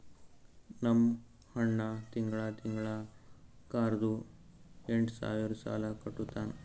ನಮ್ ಅಣ್ಣಾ ತಿಂಗಳಾ ತಿಂಗಳಾ ಕಾರ್ದು ಎಂಟ್ ಸಾವಿರ್ ಸಾಲಾ ಕಟ್ಟತ್ತಾನ್